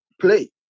play